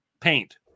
paint